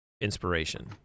inspiration